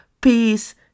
peace